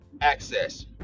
access